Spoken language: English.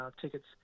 tickets